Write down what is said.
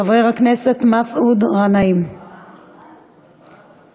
חבר הכנסת מסעוד גנאים, בבקשה.